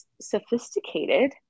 sophisticated